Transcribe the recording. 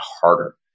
harder